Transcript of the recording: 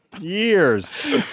Years